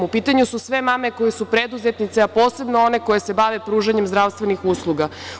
U pitanju su sve mame koje su preduzetnice, a posebno one koje se bave pružanjem zdravstvenih usluga.